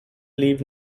leave